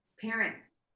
parents